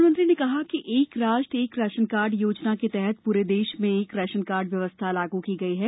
प्रधानमंत्री ने कहा कि एक राष्ट्र एक राशनकार्ड योजना के तहत पूरे देश में एक राशनकार्ड व्यवस्था लागू की गई है